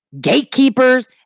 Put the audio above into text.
gatekeepers